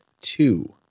two